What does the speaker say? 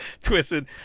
twisted